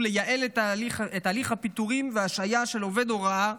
לייעל את הליך הפיטורים וההשעיה של עובדי הוראה